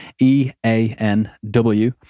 E-A-N-W